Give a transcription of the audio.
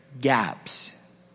gaps